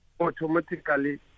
automatically